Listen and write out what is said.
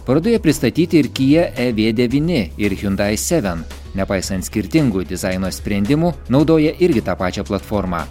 parodoje pristatyti ir kija e v devyni ir hiundai seven nepaisant skirtingų dizaino sprendimų naudoja irgi tą pačią platformą